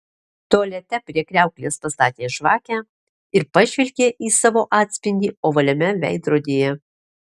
tualete prie kriauklės pastatė žvakę ir pažvelgė į savo atspindį ovaliame veidrodyje